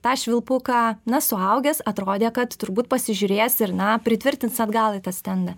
tą švilpuką na suaugęs atrodė kad turbūt pasižiūrės ir na pritvirtins atgal į tą stendą